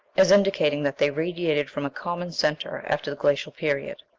as indicating that they radiated from a common centre after the glacial period.